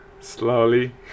slowly